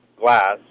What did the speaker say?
glass